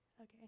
Okay